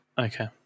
Okay